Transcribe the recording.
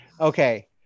Okay